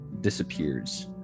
disappears